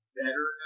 better